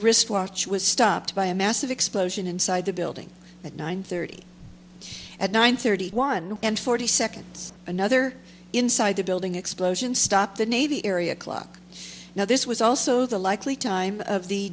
wristwatch was stopped by a massive explosion inside the building at nine thirty at nine thirty one and forty seconds another inside the building explosions stop the navy area clock now this was also the likely time of the